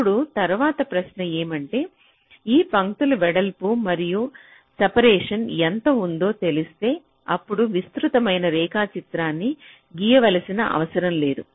ఇప్పుడు తరువాతి ప్రశ్న ఏమంటే ఈ పంక్తుల వెడల్పు మరియు సెపరేషన్ ఎంత ఉందో తెలిస్తే అప్పుడు విస్తృతమైన రేఖాచిత్రాన్ని గీయవలసిన అవసరం లేదు